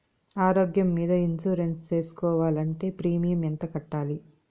ఆరోగ్యం మీద ఇన్సూరెన్సు సేసుకోవాలంటే ప్రీమియం ఎంత కట్టాలి?